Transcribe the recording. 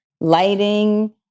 lighting